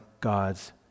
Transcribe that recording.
God's